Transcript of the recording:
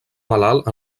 malalt